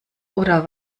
oder